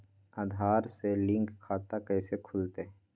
आधार से लिंक खाता कैसे खुलते?